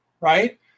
Right